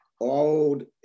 old